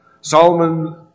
Solomon